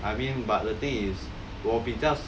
I mean but the thing is